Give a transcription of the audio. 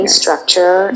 structure